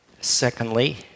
Secondly